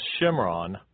Shimron